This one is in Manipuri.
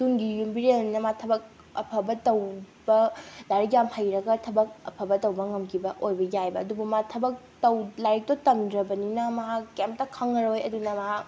ꯇꯨꯡꯒꯤ ꯌꯨꯝꯕꯤꯔꯦꯜꯅꯤꯅ ꯃꯥ ꯊꯕꯛ ꯑꯐꯕ ꯇꯧꯕ ꯂꯥꯏꯔꯤꯛ ꯌꯥꯝ ꯍꯩꯔꯒ ꯊꯕꯛ ꯑꯐꯕ ꯇꯧꯕ ꯉꯝꯈꯤꯕ ꯑꯣꯏꯕ ꯌꯥꯏꯌꯦꯕ ꯑꯗꯨꯕꯨ ꯃꯥ ꯊꯕꯛ ꯂꯥꯏꯔꯤꯛꯇꯣ ꯇꯝꯗ꯭ꯔꯕꯅꯤꯅ ꯃꯍꯥꯛ ꯀꯔꯤꯝꯇ ꯈꯪꯉꯔꯣꯏ ꯑꯗꯨꯅ ꯃꯍꯥꯛ